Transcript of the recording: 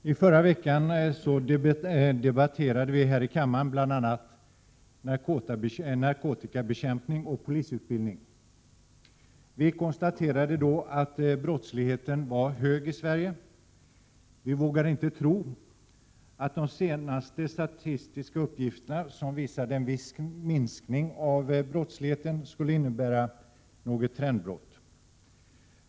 Herr talman! I förra veckan debatterade vi här i kammaren bl.a. narkotikabekämpning och polisutbildning. Vi konstaterade då att brottsligheten var hög i Sverige. Vi vågade inte tro att de senaste statistiska uppgifterna, som visade en viss minskning av brottsligheten, skulle innebära något trendbrott.